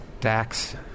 Dax